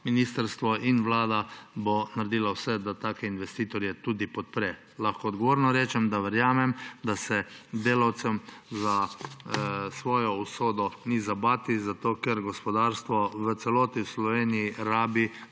ministrstvo in Vlada bosta naredila vse, da take investitorje tudi podpreta. Lahko odgovorno rečem, da verjamem, da se delavcem za svojo usodo ni bati, zato ker gospodarstvo v celoti v Sloveniji rabi